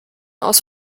aus